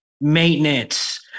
maintenance